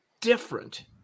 different